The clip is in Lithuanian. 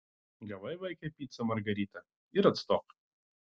gavai vaike picą margaritą ir atstok